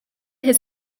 his